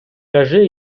кажи